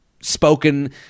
spoken